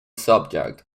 subject